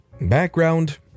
Background